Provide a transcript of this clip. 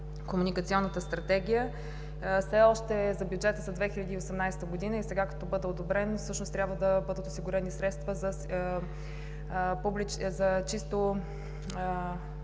Комуникационната стратегия. Все още за бюджета за 2018 г. и сега като бъде одобрен, всъщност трябва да бъдат осигурени средства за чисто